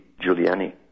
Giuliani